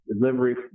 delivery